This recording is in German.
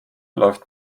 läuft